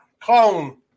clone